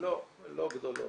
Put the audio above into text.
לא גדולות.